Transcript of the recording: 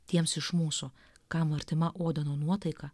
tiems iš mūsų kam artima odeno nuotaika